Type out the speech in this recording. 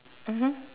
mmhmm